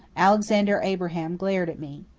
alexander abraham glared at me.